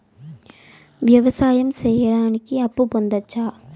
వ్యవసాయం సేయడానికి అప్పు పొందొచ్చా?